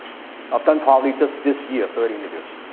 i've done, probably just this year, thirty interviews.